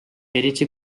eriti